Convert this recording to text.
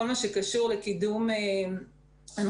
כל מה שקשור בקידום הנחיות,